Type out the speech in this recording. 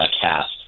cast